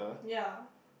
yeah